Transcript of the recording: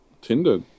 Tinder